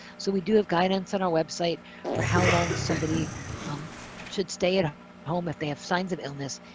so we do have guidance on our website for how long somebody should stay at ah home if they have signs of illness,